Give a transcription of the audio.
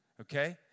Okay